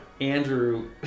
Andrew